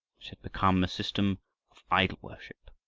which had become a system of idol-worship.